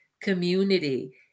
community